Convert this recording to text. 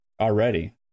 already